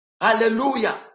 Hallelujah